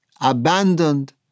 Abandoned